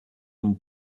une